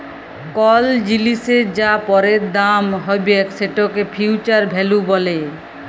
call জিলিসের যা পরের দাম হ্যবেক সেটকে ফিউচার ভ্যালু ব্যলে